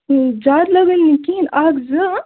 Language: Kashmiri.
زیادٕ کِہیٖنٛۍ اَکھ زٕ